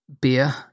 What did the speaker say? beer